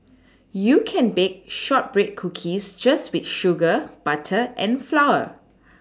you can bake shortbread cookies just with sugar butter and flour